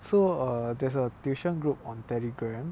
so err there's a tuition group on Telegram